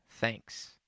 thanks